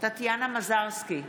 טטיאנה מזרסקי,